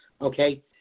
okay